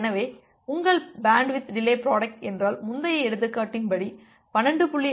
எனவே உங்கள் bandwidth delay product என்றால் முந்தைய எடுத்துக்காட்டின் படி 12